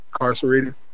incarcerated